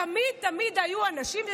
תמיד תמיד היו אנשים,